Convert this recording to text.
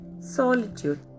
solitude